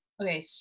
okay